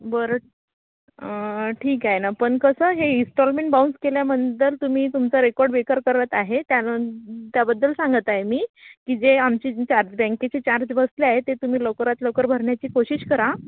बरं ठीक आहे ना पण कसं हे इनस्टॉलमेंट बाऊन्स केल्यानंतर तुम्ही तुमचा रेकॉर्ड बेकार करत आहे त्याने त्याबद्दल सांगत आहे मी की जे आमचे चार् बँकेचे चार्ज बसले आहे ते तुम्ही लवकरात लवकर भरण्याची कोशिश करा